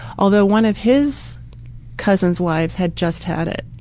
although, one of his cousin's wives had just had it.